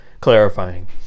clarifying